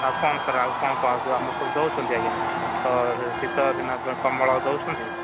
ଆଉ କ'ଣ ସାର୍ ଆଉ କ'ଣ କ'ଣ ଆମର ସବୁ ଦେଉଛନ୍ତି ଆଜ୍ଞା ତ ଶୀତ ଦିନ ପାଇଁ କମ୍ବଳ ଦେଉଛନ୍ତି